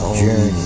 journey